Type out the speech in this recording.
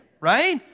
Right